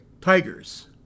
Tigers